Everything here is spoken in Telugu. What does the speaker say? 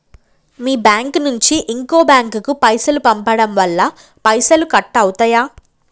మీ బ్యాంకు నుంచి ఇంకో బ్యాంకు కు పైసలు పంపడం వల్ల పైసలు కట్ అవుతయా?